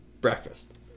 Breakfast